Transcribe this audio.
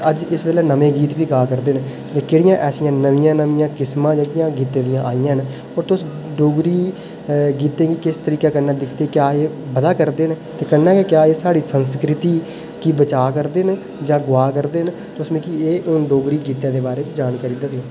अज्ज इस बेल्लै नमें गीत बी गा करदे न जेह्कियां इस बेल्लै गा करदे न नमियां नमियां किस्मा जेह्कियां गाने दियां आइयां न तुस डोगरी गीतें गी किस तरीके कन्नै दिखदे बधा करदे न कन्नै क्या ऐ साढ़ी संस्कृति बचा करदे न जां इ'यां गुआऽ करदे न तुस मी एह् जानकारी देओ